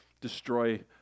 destroy